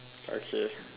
okay